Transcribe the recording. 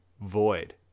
void